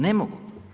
Ne mogu.